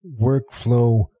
workflow